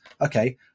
okay